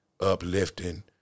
uplifting